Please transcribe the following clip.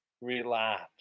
Relax